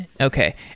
Okay